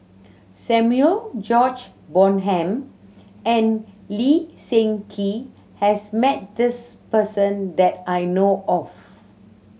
Samuel George Bonham and Lee Seng Gee has met this person that I know of